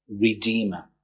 Redeemer